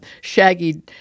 shaggy